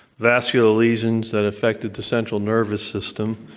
vascular lesions that affected the central nervous system,